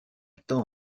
tend